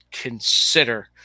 Consider